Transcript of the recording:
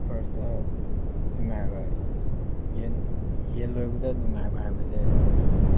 first ꯅꯨꯡꯉꯥꯏꯕ ꯌꯦꯟ ꯌꯦꯟ ꯂꯣꯏꯕꯗ ꯅꯨꯡꯉꯥꯏꯕ ꯍꯥꯏꯕꯁꯦ